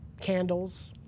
Candles